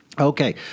Okay